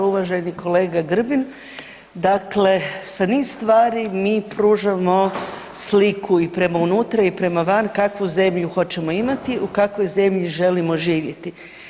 Uvaženi kolega Grbin, dakle sa niz stvari mi pružamo sliku i prema unutra i prema van kakvu zemlju hoćemo imati, u kakvoj zemlji želimo živjeti.